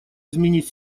изменить